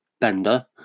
Bender